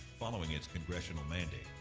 following its congressional mandate,